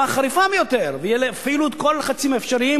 חריפה ביותר ויפעילו את כל הלחצים האפשריים,